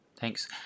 Thanks